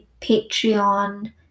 Patreon